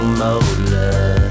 molar